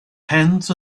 hands